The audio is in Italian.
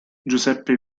giuseppe